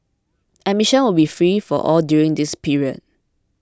admission will be free for all during this period